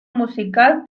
musical